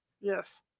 yes